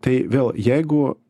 tai vėl jeigu